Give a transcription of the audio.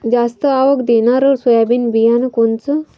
जास्त आवक देणनरं सोयाबीन बियानं कोनचं?